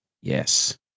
Yes